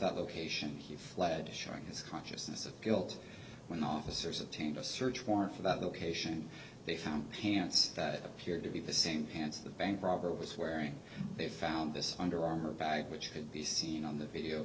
that location he fled to showing his consciousness of guilt when officers attained a search warrant for that location they found pants that appeared to be the same pants the bank robber was wearing they found this under armor bag which could be seen on the video